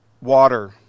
water